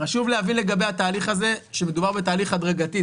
חשוב להבין לגבי התהליך הזה שמדובר בתהליך הדרגתי,